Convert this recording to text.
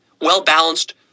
well-balanced